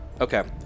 Okay